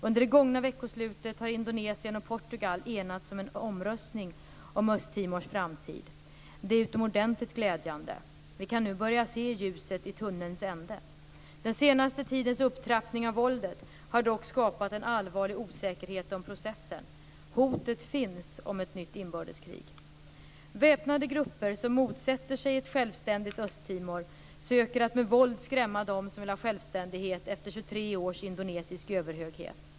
Under det gångna veckoslutet har Indonesien och Portugal enats om en omröstning om Östtimors framtid. Detta är utomordentligt glädjande. Vi kan nu börja se ljuset i tunnelns ända. Den senaste tidens upptrappning av våldet har dock skapat en allvarlig osäkerhet om processen. Hotet finns om ett nytt inbördeskrig. Väpnade grupper som motsätter sig ett självständigt Östtimor söker att med våld skrämma dem som vill ha självständighet efter 23 års indonesisk överhöghet.